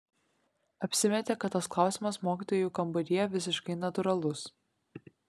apsimetė kad tas klausimas mokytojų kambaryje visiškai natūralus